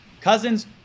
Cousins